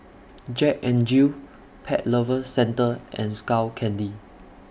Jack N Jill Pet Lovers Centre and Skull Candy